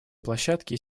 площадке